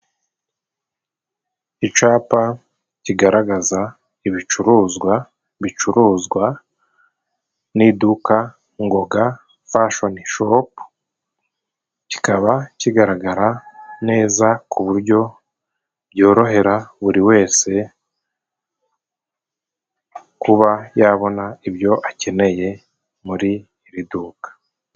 Icapa kigaragaza ibicuruzwa bicuruzwa n'iduka Ngoga fashoni shopu, kikaba kigaragara neza ku buryo byorohera buri wese kuba yabona ibyo akeneye muri iri duka.